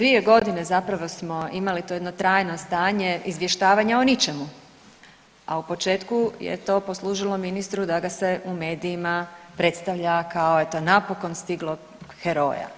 2 godine zapravo smo imali to jedno trajno stanje izvještavanja o ničemu, a u početku je to poslužilo ministru da ga se u medijima predstavlja kao, eto, napokon stiglog heroja.